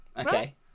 Okay